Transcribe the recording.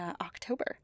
October